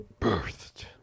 birthed